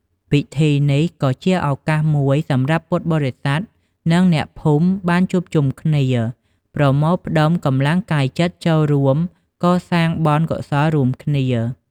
ពិធីបុណ្យនេះក៏ជាឱកាសមួយសម្រាប់ពុទ្ធបរិស័ទ និងអ្នកភូមិបានជួបជុំគ្នា ប្រមូលផ្ដុំកម្លាំងកាយចិត្តចូលរួមកសាងបុណ្យកុសលរួមគ្នា។